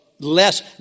Less